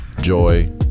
joy